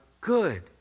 good